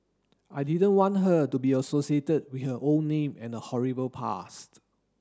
I didn't want her to be associated with her old name and her horrible past